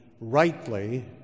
rightly